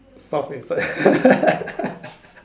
soft inside